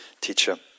teacher